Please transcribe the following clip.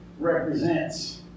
represents